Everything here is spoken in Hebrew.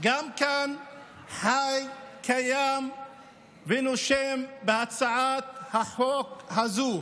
גם כאן, חי, קיים ונושם בהצעת החוק הזו.